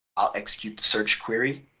i'll execute the search query.